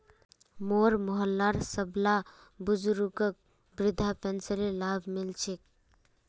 मोर मोहल्लार सबला बुजुर्गक वृद्धा पेंशनेर लाभ मि ल छेक